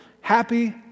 Happy